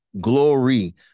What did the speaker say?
Glory